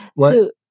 So-